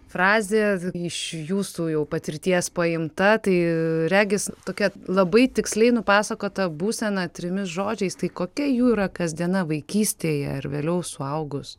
frazė iš jūsų jau patirties paimta tai regis tokia labai tiksliai nupasakota būsena trimis žodžiais tai kokia jų yra kasdiena vaikystėj ar vėliau suaugus